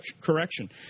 correction